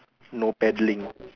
no paddling